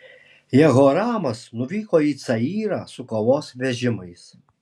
jehoramas nuvyko į cayrą su kovos vežimais